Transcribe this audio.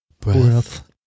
Breath